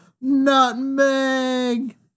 Nutmeg